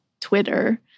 Twitter